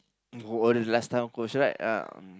the last time our coach right ah mm